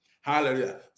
Hallelujah